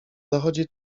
zachodzi